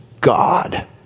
God